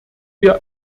wir